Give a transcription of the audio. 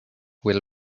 will